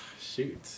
Shoot